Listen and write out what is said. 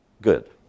good